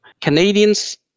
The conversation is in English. Canadians